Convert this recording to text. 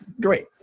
Great